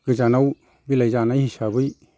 गोजानाव बिलाइ जानाय हिसाबै